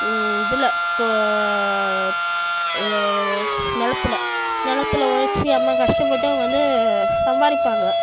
இதில் தொ நிலத்துல நிலத்துல உழச்சி அம்மா கஷ்டப்பட்டு அவங்க வந்து சம்பாரிப்பாங்க